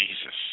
Jesus